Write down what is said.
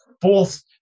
fourth